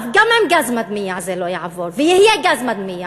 גם עם גז מדמיע זה לא יעבור, ויהיה גז מדמיע,